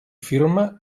firma